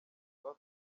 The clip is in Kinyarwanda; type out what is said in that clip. rwa